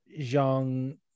Zhang